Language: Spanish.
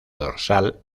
dorsal